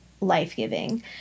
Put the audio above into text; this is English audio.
life-giving